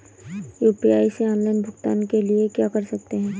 UPI से offline भुगतान के लिए क्या कर सकते हैं?